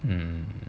err